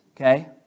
okay